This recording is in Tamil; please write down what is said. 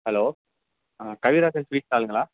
hello Kavirajan sweet ஸ்டாலுங்களா